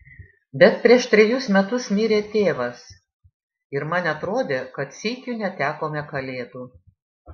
bet prieš trejus metus mirė tėvas ir man atrodė kad sykiu netekome kalėdų